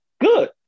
Good